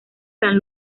san